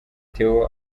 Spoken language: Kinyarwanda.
theo